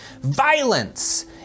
violence